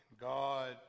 God